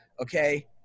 okay